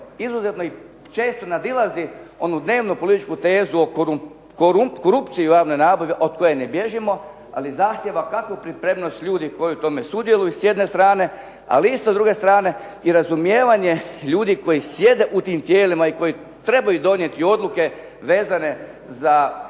izuzetno i često nadilazi onu dnevnu političku tezu o korupciji u javnoj nabavi od koje ne bježimo, ali zahtijeva kako pripremnost ljudi koji u tome sudjeluju s jedne strane, ali s druge strane i razumijevanje ljudi koji sjede u tim tijelima i koji trebaju donijeti odluke vezane za